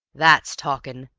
that's talking!